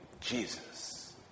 Jesus